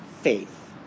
faith